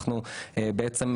אנחנו מסייעים